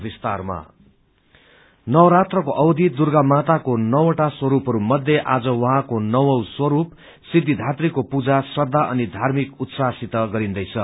महानवमी नवरात्रको अवधि दुर्गा माताको नौ वटा स्वरूपहरू मध्ये आज उहाँको नवौं स्वरूप सिथीधात्रीको पूजा श्रदा नि धार्मिक उत्साहसत मनाइन्दैछ